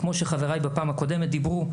כמו שחברי בפעם הקודמת דיברו,